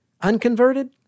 Unconverted